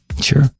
Sure